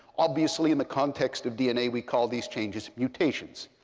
obviously, in the context of dna, we call these changes mutations.